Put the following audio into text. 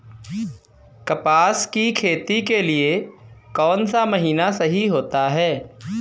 कपास की खेती के लिए कौन सा महीना सही होता है?